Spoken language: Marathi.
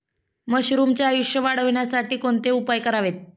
मशरुमचे आयुष्य वाढवण्यासाठी कोणते उपाय करावेत?